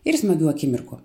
ir smagių akimirkų